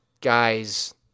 guy's